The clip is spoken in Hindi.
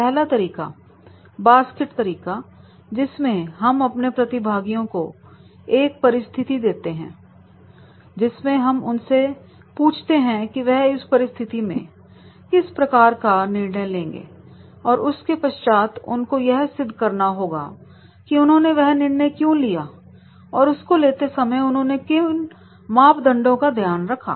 पहला तरीका है बास्केट तरीका जिसमें हम अपने प्रतिभागियों को एक परिस्थिति देते हैं जिसमें हम उनसे पूछते हैं कि वह इस परिस्थिति में किस प्रकार का निर्णय लेंगे और उसके पश्चात उनको यह सिद्ध करना होगा की उन्होंने वह निर्णय क्यों लिया और उसको लेते समय उन्होंने किन मापदंडों का ध्यान रखा